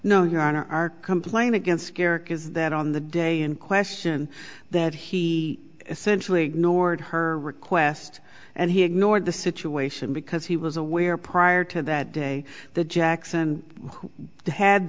no your honor our complaint against garrick is that on the day in question that he essentially ignored her request and he ignored the situation because he was aware prior to that day the jackson who had